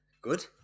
good